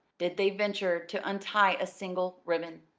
did they venture to untie a single ribbon.